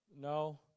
No